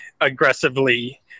aggressively